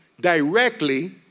directly